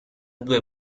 due